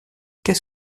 qu’est